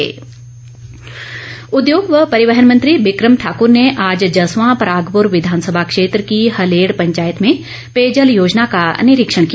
बिक्रम ठाक्र उद्योग व परिवहन मंत्री बिकम ठाक्र ने आज जसवां परागप्र विधानसभा क्षेत्र की हलेड़ पंचायत में पेयजल योजना का निरीक्षण किया